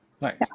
Nice